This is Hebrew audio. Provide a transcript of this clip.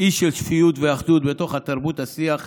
אי של שפיות ואחדות בתוך תרבות השיח הישראלי,